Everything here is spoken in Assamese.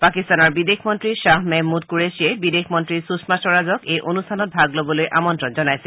পাকিস্তানৰ বিদেশ মন্ত্ৰী খাহ মেহমূদ কুৰেশ্বীয়ে বিদেশ মন্ত্ৰী সৃষমা স্বৰাজক এই অনুষ্ঠানত ভাগ ল'বলৈ আমন্ত্ৰণ জনাইছিল